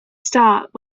start